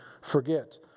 Forget